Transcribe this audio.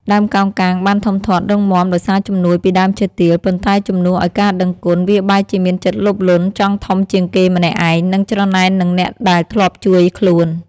ដើមកោងកាងបានធំធាត់រឹងមាំដោយសារជំនួយពីដើមឈើទាល ប៉ុន្តែជំនួសឲ្យការដឹងគុណ វាបែរជាមានចិត្តលោភលន់ចង់ធំជាងគេម្នាក់ឯង និងច្រណែននឹងអ្នកដែលធ្លាប់ជួយខ្លួន។